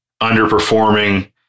underperforming